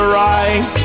right